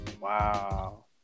Wow